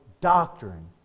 Doctrine